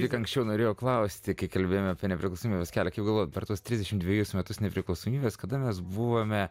lyg anksčiau norėjau klausti kiek kalbėjome apie nepriklausomybės kelią galvojau per tuos trisdešimt dvejus metus nepriklausomybės kada mes buvome